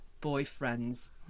boyfriend's